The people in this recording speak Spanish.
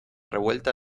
revuelta